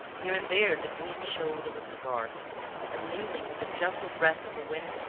here and there the gleam showed of a cigar and, mingling with the gentle breath of the wind,